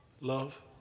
Love